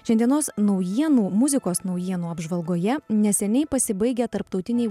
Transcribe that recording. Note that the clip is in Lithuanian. šiandienos naujienų muzikos naujienų apžvalgoje neseniai pasibaigę tarptautiniai